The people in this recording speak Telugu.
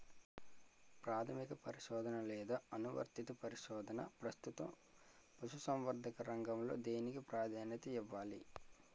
ప్రాథమిక పరిశోధన లేదా అనువర్తిత పరిశోధన? ప్రస్తుతం పశుసంవర్ధక రంగంలో దేనికి ప్రాధాన్యత ఇవ్వాలి?